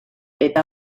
eta